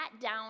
down